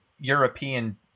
European